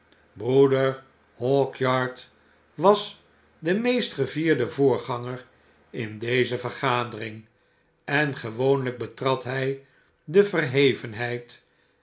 broeder hawkyard was de meest gevierde voorganger in deze vergadering en gewooqjyk betrad hy de verhevenheid